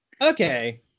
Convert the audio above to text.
okay